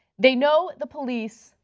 they know the police.